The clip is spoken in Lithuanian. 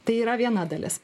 tai yra viena dalis